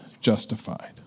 justified